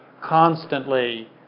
constantly